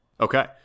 Okay